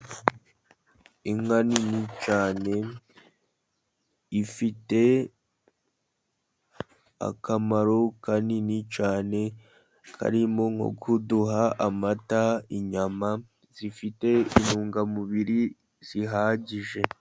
Inka nini cyane ifite akamaro kanini cyane, karimo nko kuduha amata, inyama zifite intungamubiri zihagije.